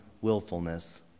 willfulness